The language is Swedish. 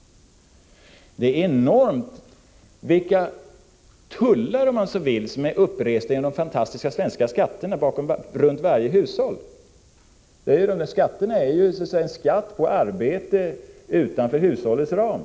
Det är enormt vilka tullar — om man så vill säga — som är uppresta genom de fantastiska svenska skatterna runt varje hushåll. Skatten är ju så att säga en skatt på arbete utanför hushållets ram.